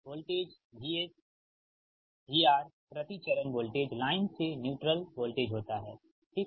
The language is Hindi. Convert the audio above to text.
वोल्टेज VS VR प्रति चरण वोल्टेज लाइन से न्यूट्रल वोल्टेज होता है ठीक